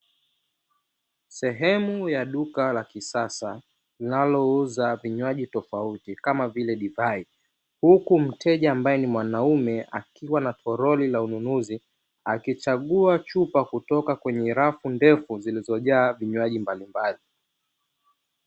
Sehemu ya duka la kisasa linalouza vinywaji tofauti kama vile divai, huku mteja ambaye ni mwanaume akiwa na toroli la ununuzi akichagua chupa kutoka kwenye rafu ndefu ziizojaa vinywaji mbalimbali.